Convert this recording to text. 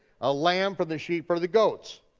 a lamb from the sheep or the goats.